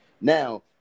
Now